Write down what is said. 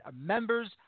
members